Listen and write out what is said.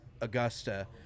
Augusta